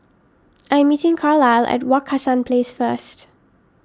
I am meeting Carlyle at Wak Hassan Place first